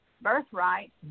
birthright